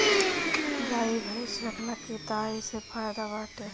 गाई भइस रखला के तअ इहे फायदा बाटे